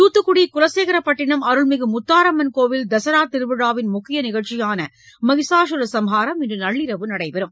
Thoothukudi Kulasekarapattinam அருள்மிகு முத்தாரம்மன் கோவில் தசரா திருவிழாவின் முக்கிய நிகழ்ச்சியான மகிஷாசுர சம்ஹாரம் இன்று நள்ளிரவு நடைபெறும்